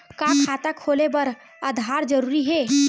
का खाता खोले बर आधार जरूरी हे?